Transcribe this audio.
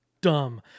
dumb